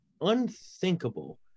unthinkable